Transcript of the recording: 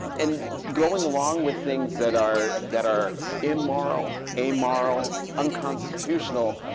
and going along with things that are that are immoral, amoral, unconstitutional,